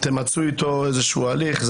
תמצו אתו איזשהו הליך.